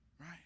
Right